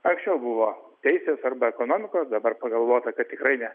anksčiau buvo teisės arba ekonomikos dabar pagalvota kad tikrai ne